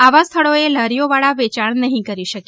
આવા સ્થળોએ લારીઓવાળા વેચાણ નહી કરી શકે